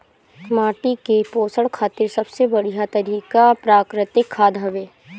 माटी के पोषण खातिर सबसे बढ़िया तरिका प्राकृतिक खाद हवे